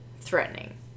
threatening